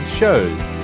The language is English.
shows